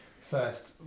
first